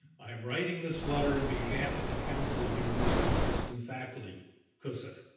i am writing this letter on behalf of the council university system faculty kosiv.